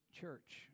church